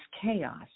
chaos